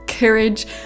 courage